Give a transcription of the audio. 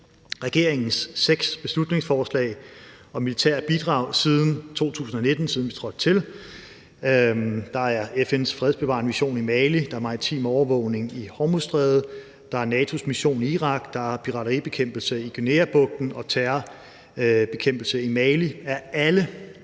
Regeringens seks beslutningsforslag om militære bidrag siden 2019, hvor vi trådte til – det drejer sig bl.a. om FN's fredsbevarende mission i Mali, maritim overvågning i Hormuzstrædet, NATO's mission i Irak, pirateribekæmpelse i Guineabugten og terrorbekæmpelse i Mali